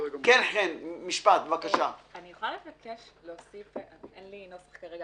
אני יכולה לבקש להוסיף אין לי נוסח כרגע